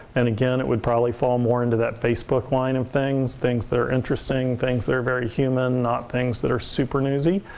and again, it would probably fall more into that facebook line of and things. things that are interesting, things that are very human, not things that are super newsy.